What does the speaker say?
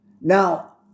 Now